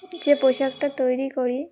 যে পোশাকটা তৈরি করি